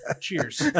Cheers